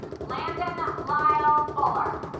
landon lyle fuller